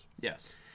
Yes